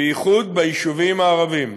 בייחוד ביישובים הערביים,